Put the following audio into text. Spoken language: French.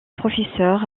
professeure